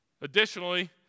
Additionally